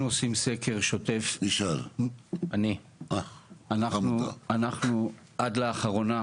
אנחנו עשינו סקר שוטף עד לאחרונה,